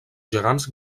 gegants